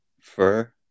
fur